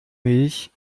milch